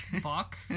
fuck